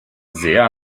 sehr